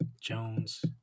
Jones